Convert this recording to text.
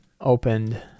opened